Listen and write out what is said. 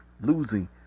losing